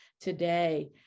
today